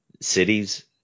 cities